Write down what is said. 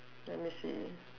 let me see